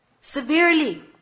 Severely